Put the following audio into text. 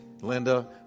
Linda